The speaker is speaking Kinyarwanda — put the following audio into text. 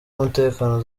umutekano